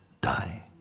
die